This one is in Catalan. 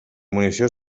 munició